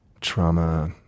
trauma